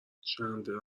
چندلر